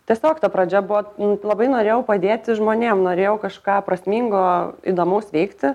tiesiog ta pradžia buvo labai norėjau padėti žmonėm norėjau kažką prasmingo įdomaus veikti